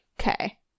Okay